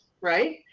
right